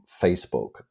Facebook